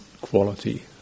quality